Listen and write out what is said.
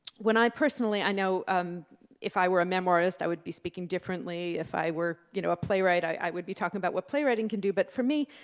when i personally i know um if i were a memoir-ist i would be speaking differently, if i were, you know, a playwright, i would be talking about what playwrighting can do, but for me,